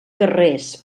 carrers